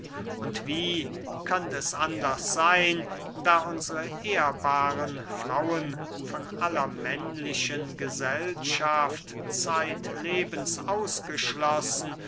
und wie könnt es anders seyn da unsre ehrbaren frauen von aller männlichen gesellschaft zeitlebens ausgeschlossen